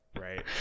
right